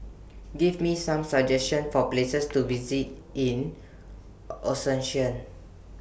Give Me Some suggestions For Places to visit in Asuncion